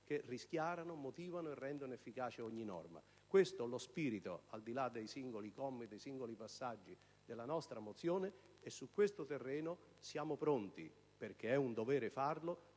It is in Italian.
che rischiarano, motivano e rendono efficace ogni norma. Questo è lo spirito, al di là dei singoli commi e dei singoli passaggi, della nostra mozione e su questo terreno siamo pronti, perché è un dovere farlo,